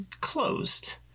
closed